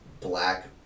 black